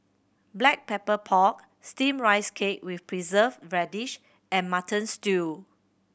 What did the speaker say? Black Pepper Pork Steamed Rice Cake with Preserved Radish and Mutton Stew